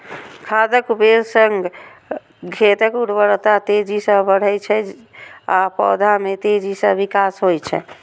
खादक उपयोग सं खेतक उर्वरता तेजी सं बढ़ै छै आ पौधा मे तेजी सं विकास होइ छै